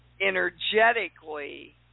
energetically